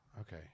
Okay